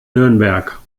nürnberg